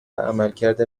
عملکرد